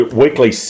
weekly